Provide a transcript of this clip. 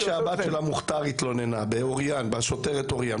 רק כשהבת של המוכתר התלוננה על השוטרת אוריאן,